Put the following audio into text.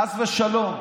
חס ושלום,